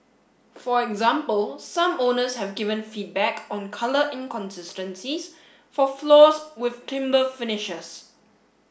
for example some owners have given feedback on colour inconsistencies for floors with timber finishers